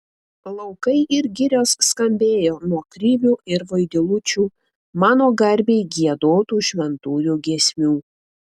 laukai ir girios skambėjo nuo krivių ir vaidilučių mano garbei giedotų šventųjų giesmių